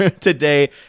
today